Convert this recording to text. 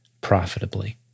profitably